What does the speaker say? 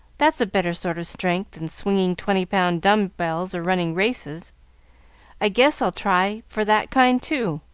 that's a better sort of strength than swinging twenty-pound dumb-bells or running races i guess i'll try for that kind, too,